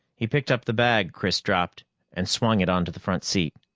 he picked up the bag chris dropped and swung it onto the front seat.